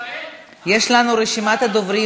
יש לנו רשימת דוברים.